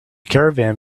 caravan